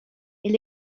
est